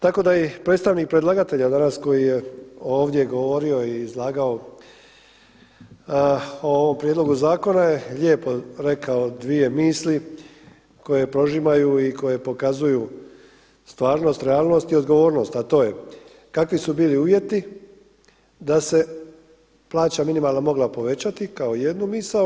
Tako da i predstavnik predlagatelja danas koji je ovdje govorio i izlagao o ovom prijedlogu zakona je lijepo rekao dvije misli koje prožimaju i koje pokazuju stvarnost, realnost i odgovornost a to je kakvi su bili uvjeti da se plaća minimalna mogla povećati kao jednu misao.